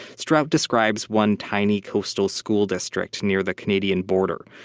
strout describes one tiny, coastal school district near the canadian border,